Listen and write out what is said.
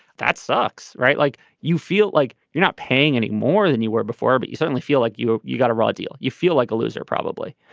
that sucks right like you feel like you're not paying any more than you were before but you suddenly feel like you you got a raw deal. you feel like a loser probably.